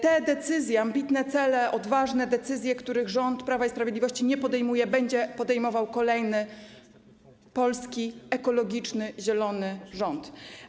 Te decyzje, ambitne cele, odważne decyzje, których rząd Prawa i Sprawiedliwości nie podejmuje, będzie podejmował kolejny polski, ekologiczny, zielony rząd.